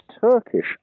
Turkish